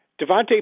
Devontae